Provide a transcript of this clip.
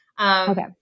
Okay